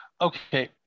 Okay